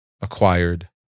acquired